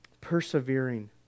persevering